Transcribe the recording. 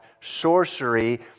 sorcery